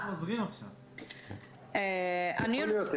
יכול להיות.